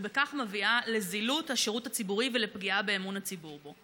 ובכך מביאה לזילות השירות הציבורי ולפגיעה באמון הציבור בו.